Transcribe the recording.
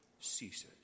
ceases